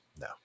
No